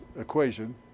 equation